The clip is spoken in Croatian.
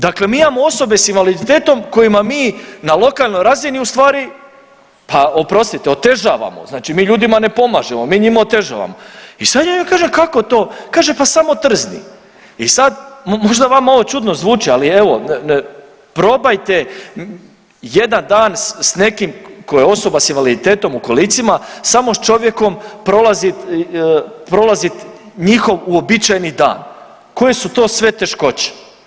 Dakle mi imamo osobe s invaliditetom kojima mi na lokalnoj razini u stvari pa oprostite otežavamo, znači mi ljudima ne pomažemo, mi njima otežavamo i sad joj ja kažem kako to, kaže pa samo trzni i sad možda vama ovo čudno zvuči, ali evo probajte jedan dan s nekim ko je osoba s invaliditetom u kolica samo s čovjekom prolazit, prolazit njihov uobičajeni dan, koje su to sve teškoće.